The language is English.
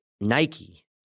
Nike